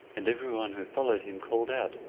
and every one who followed him called out,